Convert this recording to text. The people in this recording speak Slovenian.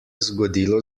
zgodilo